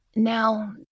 Now